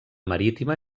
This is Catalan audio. marítima